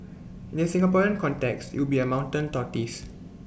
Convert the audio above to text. in the Singaporean context you'd be A mountain tortoise